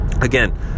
Again